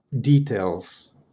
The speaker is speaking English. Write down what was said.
details